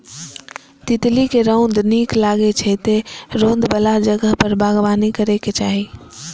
तितली कें रौद नीक लागै छै, तें रौद बला जगह पर बागबानी करैके चाही